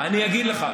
אני אגיד לך,